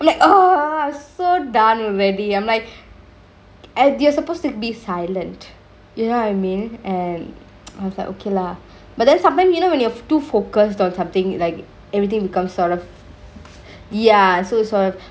like oh so done ready I'm like and you're supposed to be silent you know what I mean and I was like okay lah but then sometimes you know when you too focused on somethingk like everythingk become sort of ya so it's sort of